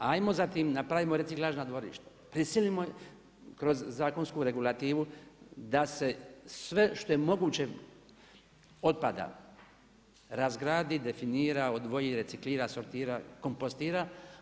Hajmo zatim napravimo reciklažna dvorišta, prisilimo kroz zakonsku regulativu da se sve što je moguće otpada razgradi, definira, odvoji, reciklira, sortira, kompostira.